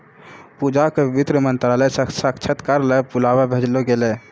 पूजा क वित्त मंत्रालय स साक्षात्कार ल बुलावा भेजलो गेलै